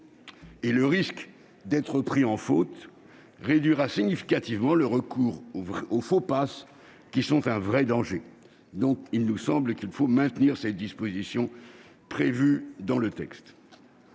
Le risque d'être pris en faute réduira significativement le recours à ces faux passes, qui sont un véritable danger. Il nous semble donc qu'il convient de maintenir cette disposition prévue dans le texte